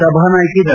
ಸಭಾನಾಯಕಿ ಡಾ